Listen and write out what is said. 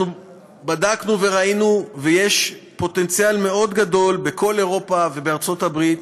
אנחנו בדקנו וראינו שיש פוטנציאל גדול מאוד בכל אירופה ובארצות-הברית,